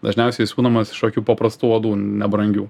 dažniausiai siūnamas iš kokių paprastų odų nebrangių